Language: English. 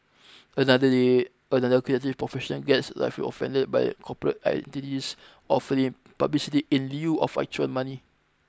another day another creative professional gets rightfully offended by corporate entities offering publicity in lieu of actual money